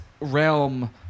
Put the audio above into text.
realm